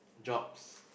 jobs